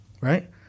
right